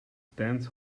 stands